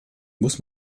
muss